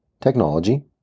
technology